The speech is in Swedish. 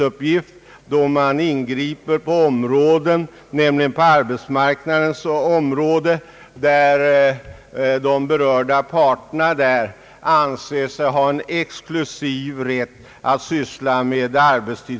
Arbetstidsfrågorna är ju ett område som arbetsmarknadens parter anser sig ha en exklusiv rätt att syssla med.